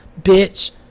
Bitch